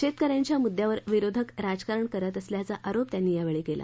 शेतकऱ्यांच्या मुद्यावर विरोधक राजकारण करत असल्याचा आरोप त्यांनी यावेळी केला